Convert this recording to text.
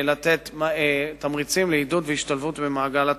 לתת תמריצים לשני המגזרים האלה לעידוד והשתלבות במעגל התעסוקה.